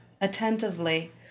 attentively